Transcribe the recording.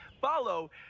follow